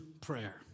prayer